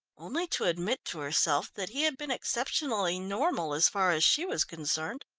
only to admit to herself that he had been exceptionally normal as far as she was concerned.